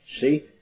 see